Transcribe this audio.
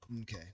Okay